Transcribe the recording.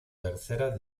tercera